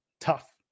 tough